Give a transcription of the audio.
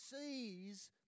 sees